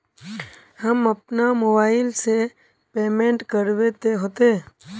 हम अपना मोबाईल से पेमेंट करबे ते होते?